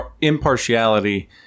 impartiality